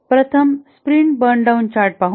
प्रथम sprint burn down chart पाहू